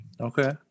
okay